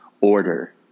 order